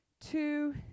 two